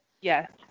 Yes